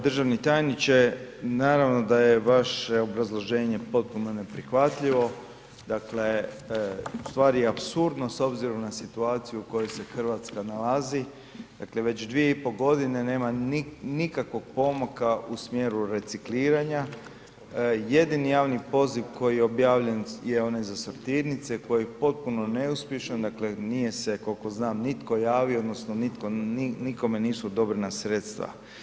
Državni tajniče, naravno da je vaše obrazloženje potpuno neprihvatljivo, dakle ustvari apsurdno s obzirom na situaciju u kojoj se Hrvatska nalazi, dakle već 2,5 g. nema nikakvog pomaka u smjeru recikliranja, jedini javni poziv koji je objavljen je onaj za sortirnice, koji je potpuno neuspješan, dakle nije se koliko znam nitko javio odnosno nikome nisu odobrena sredstva.